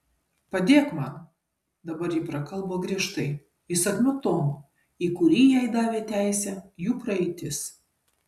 padėk man dabar ji prakalbo griežtai įsakmiu tonu į kurį jai davė teisę jų praeitis